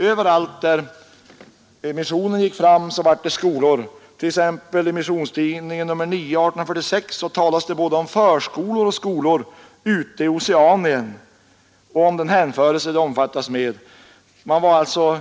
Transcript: Överallt där missionen gick fram uppstod det skolor. I Missionstidningen nr 9, 1846, talas det både om förskolor och skolor ute i Oceanien och om den hänförelse med vilken de omfattas. Man var alltså